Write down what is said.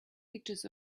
pictures